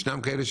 ישנם כאלה,